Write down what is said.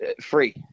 free